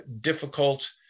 difficult